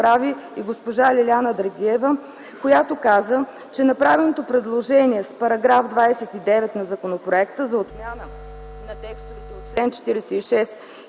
и госпожа Лиляна Драгиева, която каза, че направеното предложение с § 29 на законопроекта за отмяна на текстове от чл.46